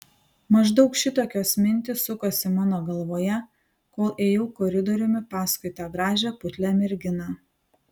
maždaug šitokios mintys sukosi mano galvoje kol ėjau koridoriumi paskui tą gražią putlią merginą